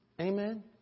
Amen